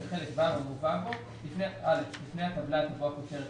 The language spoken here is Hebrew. בחלק ו' המובא בו: לפני הטבלה תבוא הכותרת